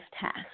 task